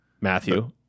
Matthew